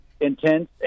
intense